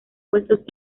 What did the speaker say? puestos